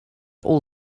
all